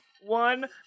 one